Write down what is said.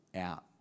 out